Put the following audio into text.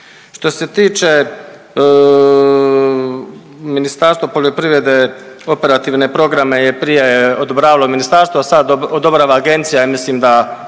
Što se tiče Ministarstva poljoprivrede, operativne programe je prije odobravamo Ministarstvo, a sada odobrava agencija i mislim da